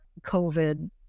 covid